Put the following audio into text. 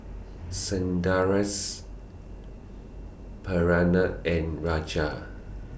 Sundaresh Pranav and Raja